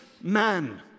man